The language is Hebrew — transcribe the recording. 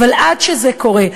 אבל עד שזה קורה,